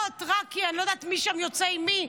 רק כי אני לא יודעת מי שם יוצא עם מי,